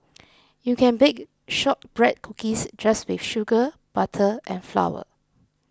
you can bake Shortbread Cookies just with sugar butter and flour